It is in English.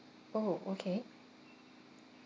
orh okay